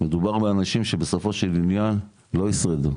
מדובר באנשים שבסופו של עניין לא ישרדו,